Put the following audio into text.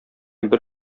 бер